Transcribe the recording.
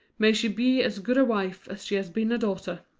may she be as good a wife as she has been a daughter!